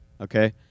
okay